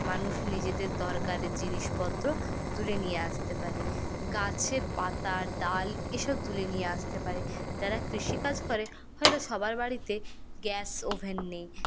মানুষ নিজেদের দরকারি জিনিসপত্র তুলে নিয়ে আসতে পারে গাছের পাতা ডাল এসব তুলে নিয়ে আসতে পারে যারা কৃষিকাজ করে হয়তো সবার বাড়িতে গ্যাস ওভেন নেই